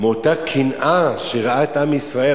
מאותה קנאה שראה את עם ישראל,